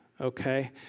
okay